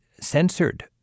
censored